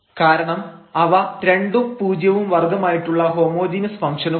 കാരണം അവ 2 ഉം 0 വും വർഗ്ഗമായിട്ടുള്ള ഹോമോജീനസ് ഫംഗ്ഷനുകളാണ്